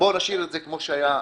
בואו נשאיר את זה כמו שהיה,